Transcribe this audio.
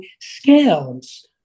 scales